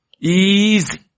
Easy